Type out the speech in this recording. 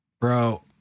Bro